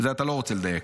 בזה אתה לא רוצה לדייק.